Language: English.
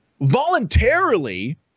voluntarily